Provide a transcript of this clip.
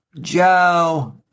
Joe